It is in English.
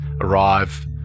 arrive